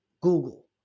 Google